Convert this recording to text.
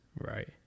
right